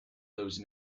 those